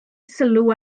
sylw